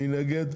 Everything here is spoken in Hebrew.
מי נגד?